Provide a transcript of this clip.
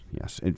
Yes